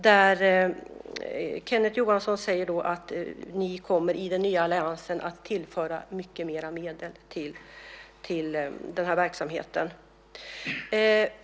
Där säger Kenneth Johansson att ni i den nya alliansen kommer att tillföra mycket mer medel till den här verksamheten.